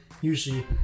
Usually